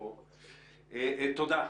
תודה.